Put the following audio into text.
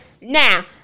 Now